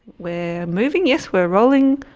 we're moving, yes we're rolling.